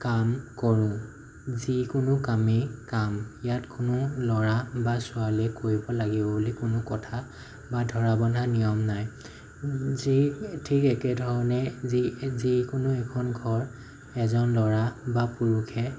কাম কৰোঁ যিকোনো কামেই কাম ইয়াত কোনো ল'ৰা বা ছোৱালী কৰিব লাগিব বুলি কোনো কথা বা ধৰা বন্ধা নিয়ম নাই যি থিক একেধৰণে যিকোনো এখন ঘৰ এজন ল'ৰা বা পুৰুষে